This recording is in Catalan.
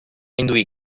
induir